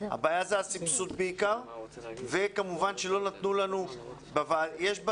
הבעיה היא הסבסוד בעיקר וכמובן שלא נתנו לנו להיות שותפים.